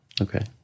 Okay